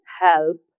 help